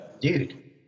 Dude